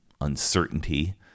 uncertainty